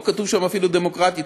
לא כתוב שם אפילו דמוקרטית,